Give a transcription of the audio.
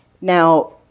Now